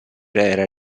era